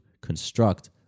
construct